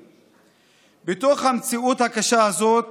בתוך המציאות הקשה הזאת